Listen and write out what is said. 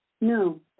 No